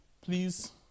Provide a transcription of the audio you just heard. please